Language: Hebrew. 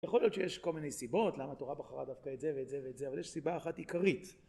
יכול להיות שיש כל מיני סיבות למה התורה בחרה דווקא את זה ואת זה ואת זה אבל יש סיבה אחת עיקרית